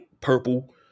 purple